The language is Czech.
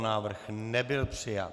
Návrh nebyl přijat.